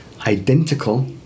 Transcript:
identical